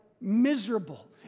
miserable